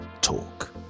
talk